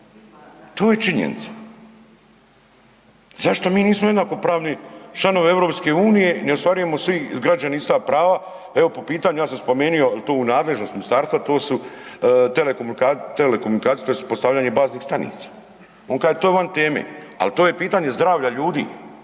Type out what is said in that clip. to je činjenica. Zašto mi nismo jednakopravni članovi EU, ne ostvarujemo svi građani ista prava evo po pitanju, ja sam spomenuo jel to u nadležnosti ministarstva to su telekomunikacije tj. postavljanje baznih stanica, on kaže to je van teme, ali to je pitanje zdravlja ljudi.